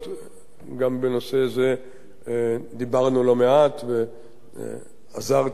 גם בנושא זה דיברנו לא מעט ועזרתי גם בנושא זה,